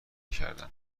کردن